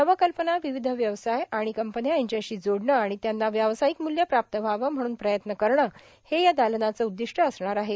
नव कल्पनांना विविध व्यवसाय आणि कंपन्या यांच्याशी जोडणे आणि त्यांना व्यावसायिक मूल्य प्राप्त व्हावं म्हणून प्रयत्न करणे हे या दालनाचे उद्दीष्ट असणार आहे